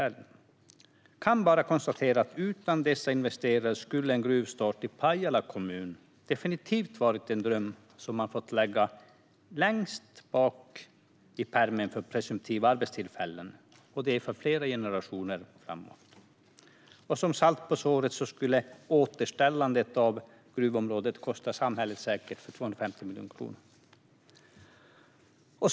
Jag kan bara konstatera att utan dessa investerare skulle en gruvstart i Pajala kommun definitivt ha varit en dröm som man hade fått lägga längst bak i pärmen för presumtiva arbetstillfällen, och det för flera generationer framåt. Och som salt i såret skulle återställandet av gruvområdet säkert ha kostat samhället 250 miljoner kronor.